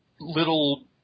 little